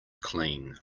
clean